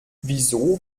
wieso